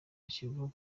hashyirwaho